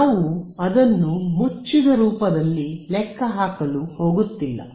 ನಾವು ಅದನ್ನು ಮುಚ್ಚಿದ ರೂಪದಲ್ಲಿ ಲೆಕ್ಕಹಾಕಲುಹೋಗುತ್ತಿಲ್ಲ